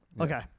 okay